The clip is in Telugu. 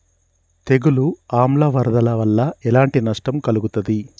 తెగులు ఆమ్ల వరదల వల్ల ఎలాంటి నష్టం కలుగుతది?